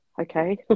okay